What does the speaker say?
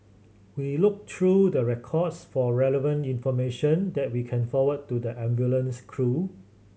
we look through the records for relevant information that we can forward to the ambulance crew